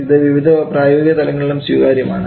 ഇത് വിവിധ പ്രായോഗിക തലങ്ങളിലും സ്വീകാര്യമാണ്